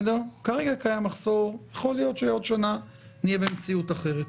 יכול להיות שעוד שנה נהיה במציאות אחרת.